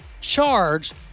charge